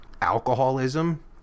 alcoholism